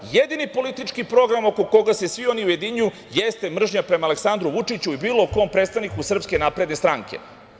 Jedini politički program oko koga se vi oni ujedinjuju jeste mržnja prema Aleksandru Vučiću i bilo kom predstavniku SNS.